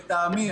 לטעמי,